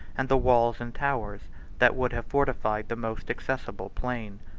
and the walls and towers that would have fortified the most accessible plain.